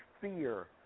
fear